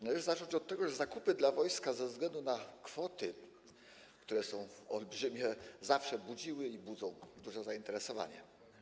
Należy zacząć od tego, że zakupy dla wojska ze względu na kwoty, które są olbrzymie, zawsze budziły i budzą duże zainteresowanie.